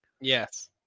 Yes